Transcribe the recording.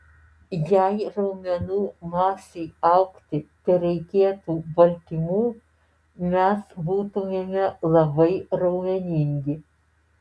jei raumenų masei augti tereikėtų baltymų mes būtumėme labai raumeningi